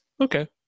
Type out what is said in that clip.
Okay